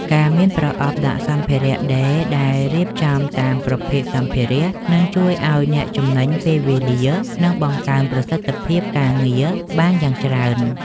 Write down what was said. ការមានប្រអប់ដាក់សម្ភារៈដេរដែលរៀបចំតាមប្រភេទសម្ភារ: នឹងជួយឱ្យអ្នកចំណេញពេលវេលា និងបង្កើនប្រសិទ្ធភាពការងារបានយ៉ាងច្រើន។